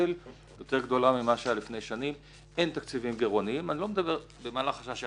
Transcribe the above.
זה לא יכול להישאר רק ברמה הזאת,